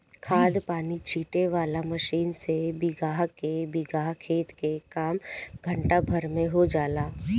खाद पानी छीटे वाला मशीन से बीगहा के बीगहा खेत के काम घंटा भर में हो जाला